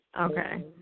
Okay